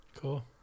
Cool